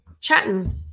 chatting